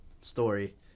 story